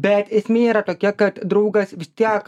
bet esmė yra tokia kad draugas vis tiek